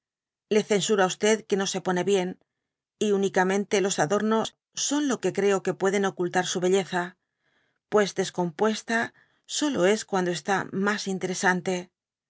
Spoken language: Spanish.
le censura que no se pone bien y únicamente los adornos son los que creo que pueden ocultar su belleza pues descompuesta solo es cuando está mas intere